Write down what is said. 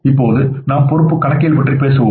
இப்போது நாம் பொறுப்பு கணக்கியல் பற்றி பேசுவோம்